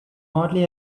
hardly